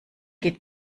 geht